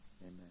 amen